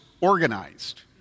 organized